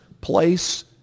place